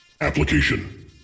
Application